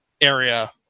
area